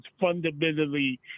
fundamentally